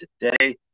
Today